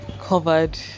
Covered